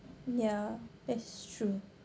ya that's true